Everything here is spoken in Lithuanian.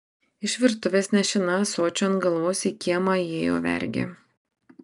iš virtuvės nešina ąsočiu ant galvos į kiemą įėjo vergė